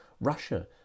Russia